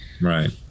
Right